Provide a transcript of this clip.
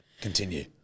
continue